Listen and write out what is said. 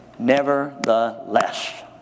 Nevertheless